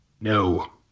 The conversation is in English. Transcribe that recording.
No